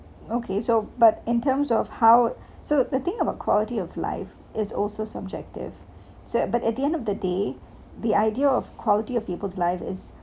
okay so but in terms of how so the thing about quality of life is also subjective so but at the end of the day the idea of quality of people's life is